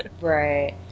Right